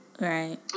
Right